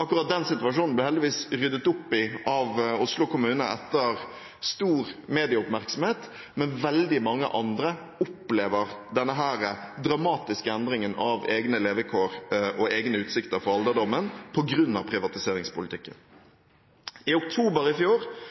Akkurat den situasjonen ble heldigvis ryddet opp i av Oslo kommune etter stor medieoppmerksomhet, men veldig mange andre opplever denne dramatiske endringen av egne levekår og utsikter for alderdommen på grunn av privatiseringspolitikken. I oktober i fjor